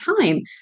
time